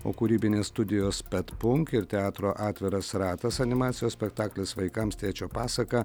o kūrybinės studijos petpunk ir teatro atviras ratas animacijos spektaklis vaikams tėčio pasaka